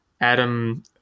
Adam